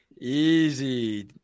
Easy